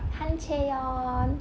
han chae young